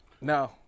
No